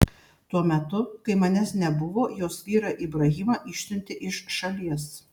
tuo metu kai manęs nebuvo jos vyrą ibrahimą išsiuntė iš šalies